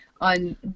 on